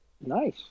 nice